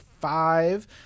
five